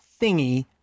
thingy